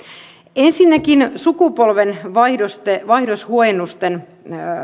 ensinnäkin sukupolvenvaihdoshuojennusten